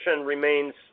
remains